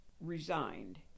resigned